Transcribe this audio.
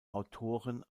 autoren